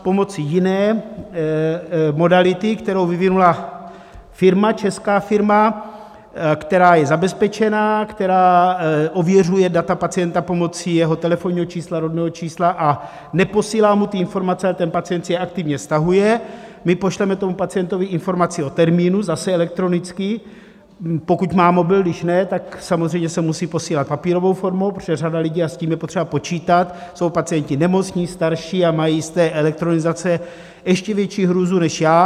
Pomocí jiné modality, kterou vyvinula česká firma, která je zabezpečena, která ověřuje data pacienta pomocí jeho telefonního čísla, rodného čísla a neposílá mu ty informace, ale ten pacient si je aktivně stahuje, my pošleme pacientovi informaci o termínu, zase elektronicky, pokud má mobil, když ne, tak samozřejmě se musí posílat papírovou formou, protože řada lidí, a s tím je potřeba počítat, jsou pacienti nemocní, starší a mají z elektronizace ještě větší hrůzu než já.